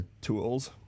tools